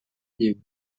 lliure